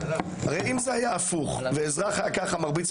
הרי אם זה היה הפוך ואזרח היה ככה מרביץ